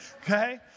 Okay